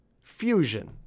fusion